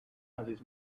houses